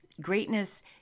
Greatness